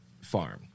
farm